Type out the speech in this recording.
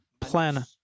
plan